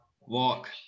walk